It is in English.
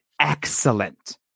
excellent